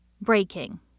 Breaking